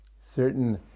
Certain